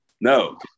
No